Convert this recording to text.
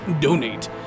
donate